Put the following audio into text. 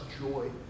joy